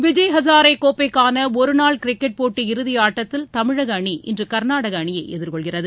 விஜய் ஹஜாரே கோப்பைக்கான ஒரு நாள் கிரிக்கெட் போட்டி இறுதி ஆட்டத்தில் தமிழக அணி இன்று கர்நாடக அணியை எதிர்கொள்கிறது